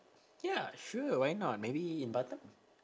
ya sure why not maybe in batam